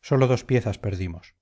sólo dos piezas perdimos